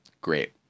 great